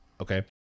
okay